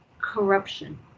corruption